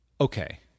Okay